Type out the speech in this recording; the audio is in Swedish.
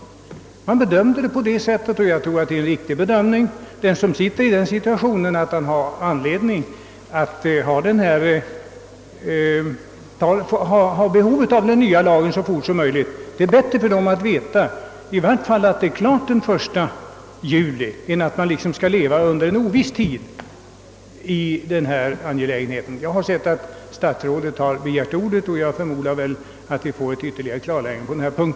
Man såg det hela på det viset, och jag tror att det är en riktig bedömning. För den som befinner sig i den situationen att han har behov av den nya lagen så fort som möjligt är det bättre att i vart fall veta att den är klar den 1 juli än att leva i ovisshet beträffande denna sak. Jag har sett att statsrådet Kling nu har begärt ordet, och jag förmodar därför att vi får ett ytterligare klarläggande på denna punkt.